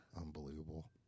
unbelievable